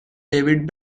david